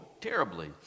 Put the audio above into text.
terribly